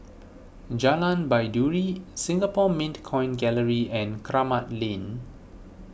Jalan Baiduri Singapore Mint Coin Gallery and Kramat Lane